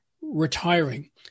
retiring